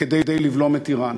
כדי לבלום את איראן,